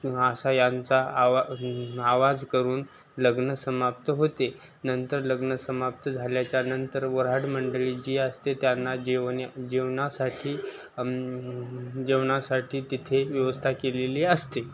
असा यांचा आवा आवाज करून लग्न समाप्त होते नंतर लग्न समाप्त झाल्याच्यानंतर वऱ्हाडी मंडळी जी असते त्यांना जेवणे जेवणासाठी जेवणासाठी तिथे व्यवस्था केलेली असते